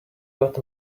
got